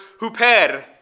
huper